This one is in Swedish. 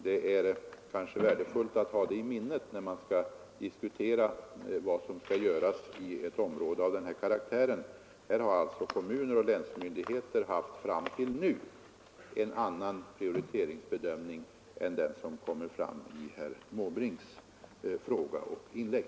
Det kan vara värdefullt att ha det i minnet när man diskuterar vad som skall göras i ett område av denna karaktär, där kommuner och länsmyndigheter fram till nu alltså har haft en annan prioriteringsbedömning än den som kommer fram i herr Måbrinks fråga och inlägg.